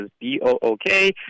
B-O-O-K